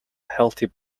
healthy